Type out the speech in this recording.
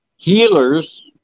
Healers